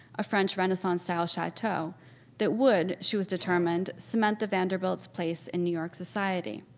a french renaissance-style chateau that would, she was determined, cement the vanderbilt's place in new york society.